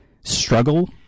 struggle